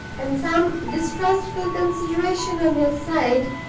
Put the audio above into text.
and some distrustful consideration, on his side,